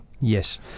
Yes